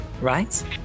right